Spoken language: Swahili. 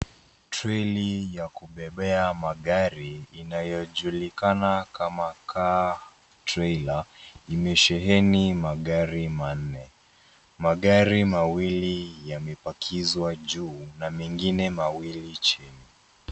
Treli ya kubebea magari inayojulikana kama car trailer limesheheni magari manne. Magari mawili yamepakizwa juu na mengine mawili chini.